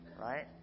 right